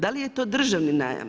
Da li je to državni najam?